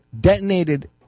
detonated